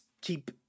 keep